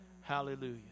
hallelujah